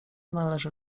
należy